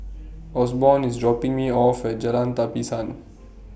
Osborne IS dropping Me off At Jalan Tapisan